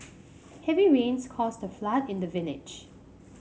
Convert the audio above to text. heavy rains caused a flood in the village